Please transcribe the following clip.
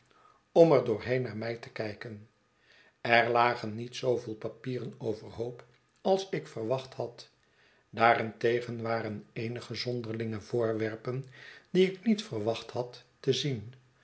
om er doorheen naar mij te kijken er lagen niet zooveel papieren overhoop als ik verwacht had daarentegen waren eenigezonderlinge voorwerpen die ik niet verwacht had te zien